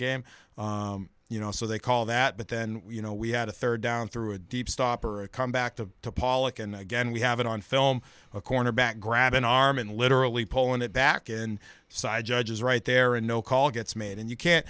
game you know so they call that but then you know we had a third down through a deep stop or a come back to pollock and again we have it on film a cornerback grab an arm and literally pulling it back in side judges right there and no call gets made and you can't